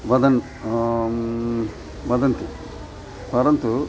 वदन् वदन्ति परन्तु